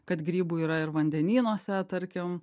kad grybų yra ir vandenynuose tarkim